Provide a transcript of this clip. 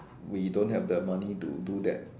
we don't have the money to do that